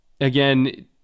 again